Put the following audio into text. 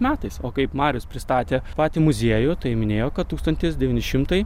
metais o kaip marius pristatė patį muziejų tai minėjo kad tūkstantis devyni šimtai